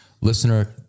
listener